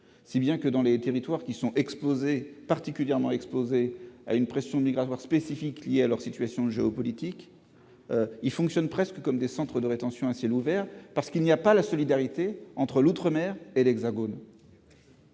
Si bien que, dans les territoires particulièrement exposés à une pression migratoire spécifique liée à leur situation géopolitique, les structures concernées fonctionnent presque comme des centres de rétention à ciel ouvert, parce qu'il n'y a pas de solidarité entre l'outre-mer et l'Hexagone.